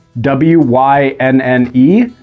W-Y-N-N-E